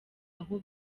aho